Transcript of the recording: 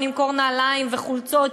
נמכור נעליים וחולצות,